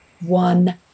one